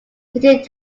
city